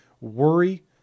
worry